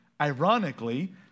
ironically